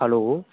hello